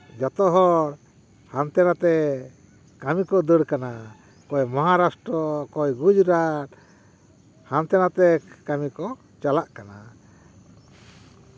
ᱡᱚᱛᱚ ᱦᱚᱲ ᱦᱟᱱᱛᱮ ᱱᱟᱛᱮ ᱠᱚ ᱫᱟᱹᱲ ᱠᱟᱱᱟ ᱚᱠᱚᱭ ᱢᱚᱦᱟᱨᱟᱥᱴᱨᱚ ᱚᱠᱚᱭ ᱜᱩᱡᱽᱨᱟᱴ ᱦᱟᱱᱛᱮ ᱱᱟᱛᱮ ᱠᱟᱹᱢᱤ ᱠᱚ ᱪᱟᱞᱟᱜ ᱠᱟᱱᱟ